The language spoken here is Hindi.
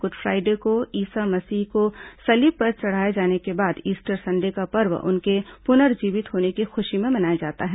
गुड फ्राइडे को ईसा मसीह को सलीब पर चढ़ाये जाने के बाद ईस्टर संडे का पर्व उनके पुनर्जीवित होने की खुशी में मनाया जाता है